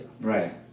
Right